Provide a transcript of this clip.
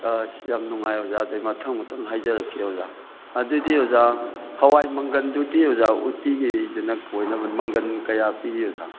ꯑꯁ ꯌꯥꯝ ꯅꯨꯡꯉꯥꯏ ꯑꯣꯖꯥ ꯑꯗꯒꯤ ꯃꯊꯪ ꯃꯊꯪ ꯍꯥꯏꯖꯔꯛꯀꯦ ꯑꯣꯖꯥ ꯑꯗꯨꯗꯤ ꯑꯣꯖꯥ ꯍꯥꯋꯥꯏ ꯃꯪꯒꯜꯗꯨꯗꯤ ꯑꯣꯖꯥ ꯎꯠꯇꯤꯒꯤ ꯑꯣꯏꯅꯕꯅꯤ ꯃꯪꯒꯜ ꯀꯌꯥ ꯄꯤꯔꯤ ꯑꯣꯖꯥ